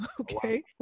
Okay